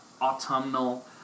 autumnal